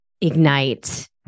ignite